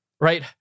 right